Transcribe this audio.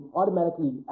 automatically